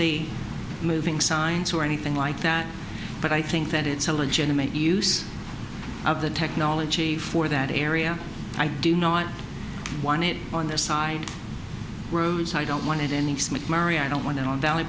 the moving signs or anything like that but i think that it's a legitimate use of the technology for that area i do not want it on the side roads i don't want it any smith murray i don't want it on valley